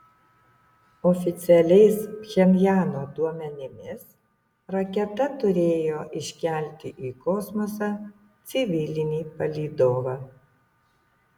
oficialiais pchenjano duomenimis raketa turėjo iškelti į kosmosą civilinį palydovą